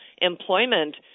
employment